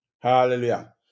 Hallelujah